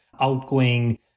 outgoing